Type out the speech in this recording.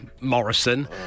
Morrison